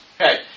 Okay